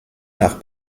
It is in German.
nach